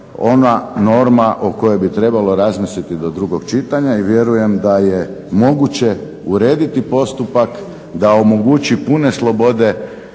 ona norma o kojoj bi trebalo razmisliti do drugog čitanja. I vjerujem da je moguće urediti postupak da omogući pune slobode